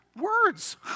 words